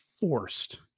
forced